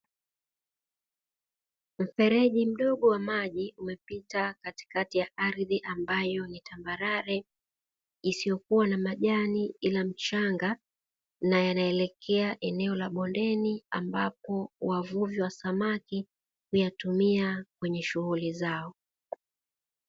Mfereji mdogo wa maji umepita katikati ya ardhi ambayo ni tambarare, isiyokuwa na majani ila mchanga na yanaelekea eneo la bondeni ambapo wavuvi wa samaki kuyatumia kwenye shughuli zao